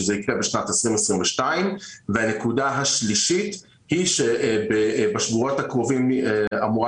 ואני צופה שזה יקרה בשנת 2022. הנקודה השלישית היא בשבועות הקרובים אמורה